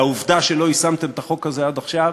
והעובדה שלא יישמתם את החוק הזה עד עכשיו,